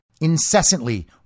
incessantly